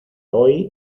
hoy